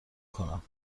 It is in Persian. کنم